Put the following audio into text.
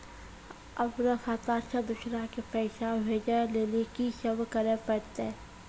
अपनो खाता से दूसरा के पैसा भेजै लेली की सब करे परतै?